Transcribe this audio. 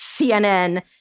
CNN